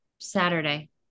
Saturday